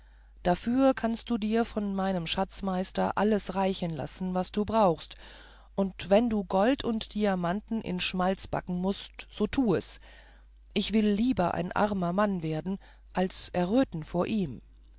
dafür kannst du dir von meinem schatzmeister alles reichen lassen was du nur brauchst und wenn du gold und diamanten in schmalz backen mußt so tu es ich will lieber ein armer mann werden als erröten vor ihm